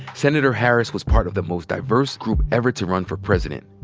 senator harris was part of the most diverse group ever to run for president.